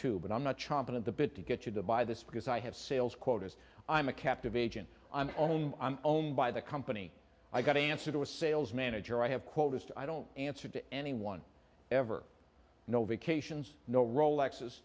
too but i'm not chomping at the bit to get you to buy this because i have sales quotas i'm a captive agent i'm only owned by the company i got to answer to a sales manager i have quotas to i don't answer to anyone ever no vacations no role